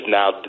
now